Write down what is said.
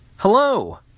Hello